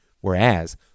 whereas